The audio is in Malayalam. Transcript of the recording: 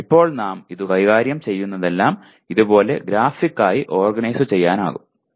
എന്നാൽ ഇപ്പോൾ നാം ഇതുവരെ കൈകാര്യം ചെയ്തതെല്ലാം ഇതുപോലെ ഗ്രാഫിക്കായി ഓർഗനൈസുചെയ്യാനാകും